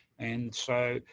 and so,